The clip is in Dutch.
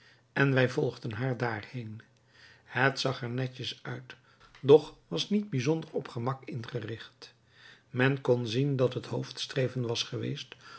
en wij volgden haar daarheen het zag er netjes uit doch was niet bijzonder op gemak ingericht men kon zien dat het hoofdstreven was geweest